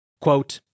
Quote